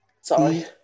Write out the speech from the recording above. Sorry